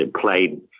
played